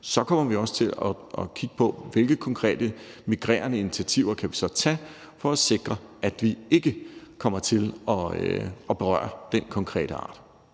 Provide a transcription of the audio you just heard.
så kommer vi også til at kigge på, hvilke konkrete migrerende initiativer vi så kan tage for at sikre, at vi ikke kommer til at berøre den konkrete art.